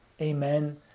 Amen